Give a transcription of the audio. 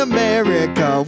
America